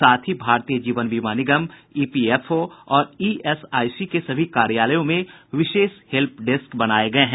साथ ही भारतीय जीवन बीमा निगम ईपीएफओ और ईएसआईसी के सभी कार्यालयों में विशेष हेल्प डेस्क बनाये गये हैं